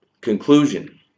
conclusion